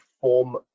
form